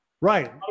Right